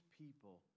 people